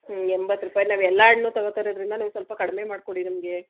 ಹ್ಞೂ ಎಂಬತ್ತು ರೂಪಾಯಿ ನಾವು ಎಲ್ಲ ಹಣ್ಣು ತಗೋತಾ ಇರೋದರಿಂದ ನೀವು ಸ್ವಲ್ಪ ಕಡಿಮೆ ಮಾಡಿಕೊಡಿ ನಮಗೆ